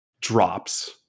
drops